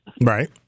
Right